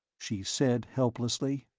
she said helplessly.